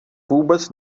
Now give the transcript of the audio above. vůbec